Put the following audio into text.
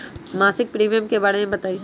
मासिक प्रीमियम के बारे मे बताई?